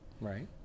Right